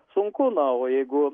sunku na o jeigu